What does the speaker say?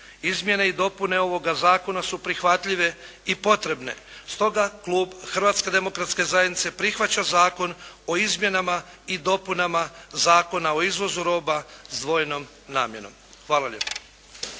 Izmjene i dopune ovoga zakona su prihvatljive i potrebne. Stoga klub Hrvatske demokratske zajednice prihvaća Zakon o izmjenama i dopunama Zakona o izvozu roba s dvojnom namjenom. Hvala lijepo.